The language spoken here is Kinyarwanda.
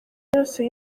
yose